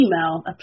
email